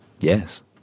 Yes